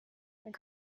dann